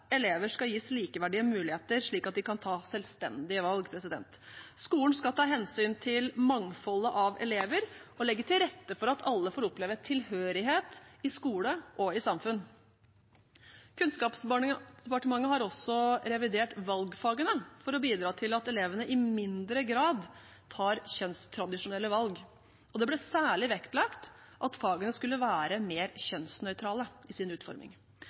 elever skal gis likeverdige muligheter, slik at de kan ta selvstendige valg. Skolen skal ta hensyn til mangfoldet av elever og legge til rette for at alle får oppleve tilhørighet i skole og i samfunn. Kunnskapsdepartementet har også revidert valgfagene for å bidra til at elevene i mindre grad tar kjønnstradisjonelle valg, og det ble særlig vektlagt at fagene skulle være mer kjønnsnøytrale i sin utforming.